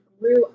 grew